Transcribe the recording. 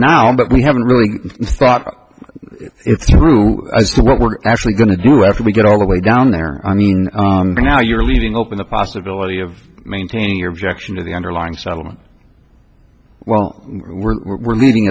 now but we haven't really thought it through as to what we're actually going to do after we get all the way down there i mean now you're leaving open the possibility of maintaining your objection to the underlying settlement well we're